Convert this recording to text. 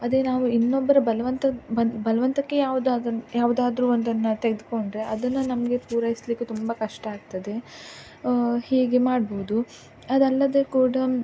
ಅದೇ ನಾವು ಇನ್ನೊಬ್ಬರ ಬಲವಂತ ಬಲವಂತಕ್ಕೆ ಯಾವುದಾದ್ರು ಯಾವುದಾದರೂ ಒಂದನ್ನು ತೆಗೆದುಕೊಂಡ್ರೆ ಅದನ್ನು ನಮಗೆ ಪೂರೈಸಲಿಕ್ಕೆ ತುಂಬ ಕಷ್ಟ ಆಗ್ತದೆ ಹೀಗೆ ಮಾಡ್ಬೋದು ಅದಲ್ಲದೆ ಕೂಡ